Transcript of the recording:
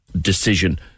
decision